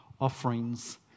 offerings